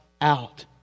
out